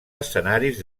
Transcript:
escenaris